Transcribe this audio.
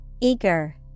Eager